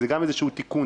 זה גם איזשהו תיקון.